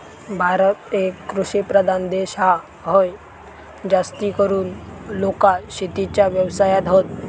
भारत एक कृषि प्रधान देश हा, हय जास्तीकरून लोका शेतीच्या व्यवसायात हत